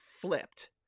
flipped